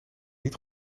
niet